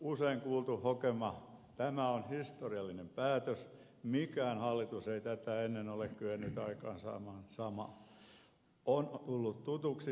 usein kuultu hokema tämä on historiallinen päätös mikään hallitus ei tätä ennen ole kyennyt aikaansaamaan samaa on tullut tutuksi tässä talossa